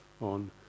on